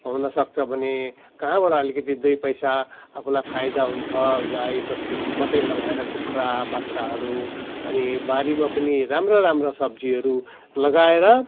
हुन सक्छ भने कहाँबड अलिकिति दुई पैसा आफुलाई फाइदा हुन्छ गाई बास्तु मात्रै नभएर कुखुरा बाख्राहरू अनि बारीमा पनि राम्रो राम्रो सब्जीहरू लगाएर